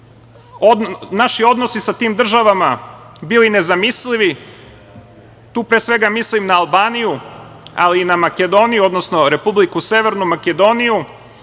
naši odnosi sa tim državama bili nezamislivi, tu pre svega mislim na Albaniju, ali i na Makedoniju, odnosno Republiku Severnu Makedoniju